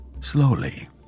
Slowly